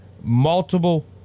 multiple